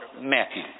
Matthew